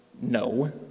No